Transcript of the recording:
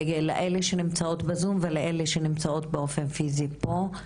לאלה שנמצאות בזום ולאלה שנמצאות באופן פיזי פה.